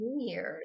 years